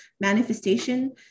manifestation